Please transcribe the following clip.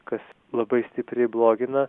kas labai stipriai blogina